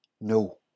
No